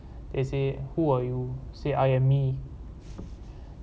then he say who are you say I am me